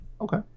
Okay